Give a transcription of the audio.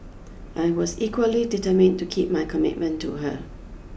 I was equally determined to keep my commitment to her